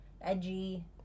edgy